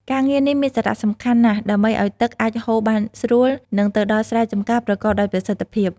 ការងារនេះមានសារៈសំខាន់ណាស់ដើម្បីឲ្យទឹកអាចហូរបានស្រួល និងទៅដល់ស្រែចម្ការប្រកបដោយប្រសិទ្ធភាព។